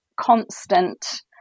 constant